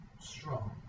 strong